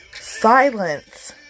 silence